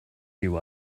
you